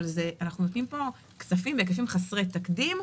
אנחנו נותנים פה כסף בהיקפים חסרי תקדים,